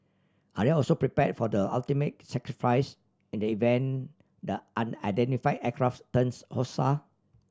are they also prepared for the ultimate sacrifice in the event the an unidentify aircrafts turns